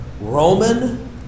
Roman